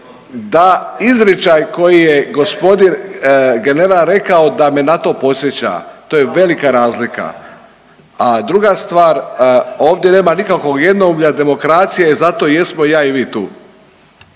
da izričaj koji je g. general rekao da me na to podsjeća, to je velika razlika, a druga stvar, ovdje nema nikakvog jednoumlja, demokracije, zato i jedno ja i vi tu.